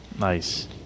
Nice